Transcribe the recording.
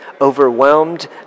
overwhelmed